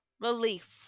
relief